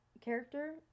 character